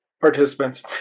participants